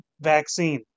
vaccine